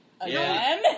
again